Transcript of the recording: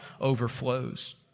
overflows